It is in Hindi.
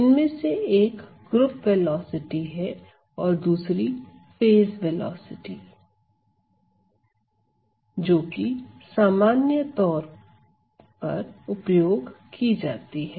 इनमें से एक ग्रुप वेलोसिटी है और दूसरी फेज वेलोसिटी है जोकि सामान्य तौर पर उपयोग की जाती है